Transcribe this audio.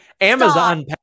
Amazon